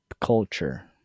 Culture